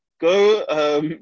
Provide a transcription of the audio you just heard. Go